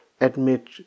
admit